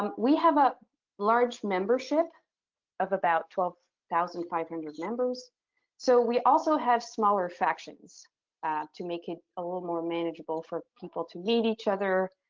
um we have a large membership of about twelve thousand five hundred members so we also have smaller factions to make it a little more manageable for people to meet each other.